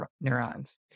neurons